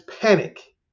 panic